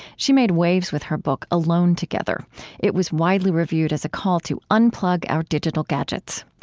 she made waves with her book alone together it was widely reviewed as a call to unplug our digital gadgets.